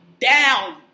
down